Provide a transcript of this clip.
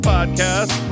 Podcast